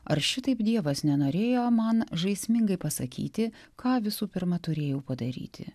ar šitaip dievas nenorėjo man žaismingai pasakyti ką visų pirma turėjau padaryti